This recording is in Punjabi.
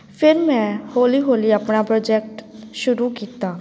ਫਿਰ ਮੈਂ ਹੌਲੀ ਹੌਲੀ ਆਪਣਾ ਪ੍ਰੋਜੈਕਟ ਸ਼ੁਰੂ ਕੀਤਾ